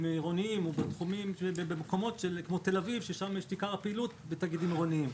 עירוניים הוא במקומות שבהם יש פעילות כמו בתל-אביב,